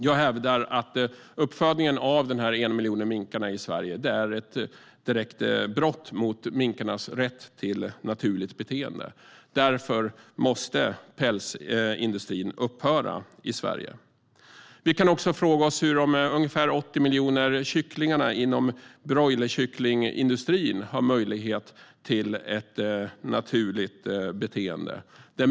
Jag hävdar att uppfödningen av dessa 1 miljon minkar i Sverige är ett direkt brott mot minkarnas rätt till naturligt beteende. Därför måste pälsindustrin upphöra i Sverige. Vi kan också fråga vilken möjlighet till ett naturligt beteende de ungefär 80 miljoner kycklingarna inom broilerkycklingindustrin har.